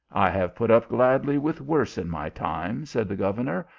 i have put up gladly with worse in my time, said the governor,